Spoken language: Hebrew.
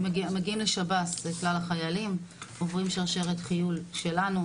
מגיעים לשב"ס וכלל החיילים עוברים שרשרת חיול שלנו,